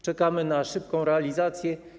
Czekamy na szybką realizację.